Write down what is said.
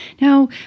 Now